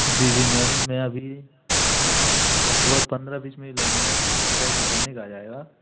जी जी मैम मैं अभी वहाँ से बस पंद्रह बीस मिनिट लगेंगे मैम आपके पास मकैनिक आ जाएगा